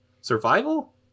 Survival